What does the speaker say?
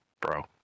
bro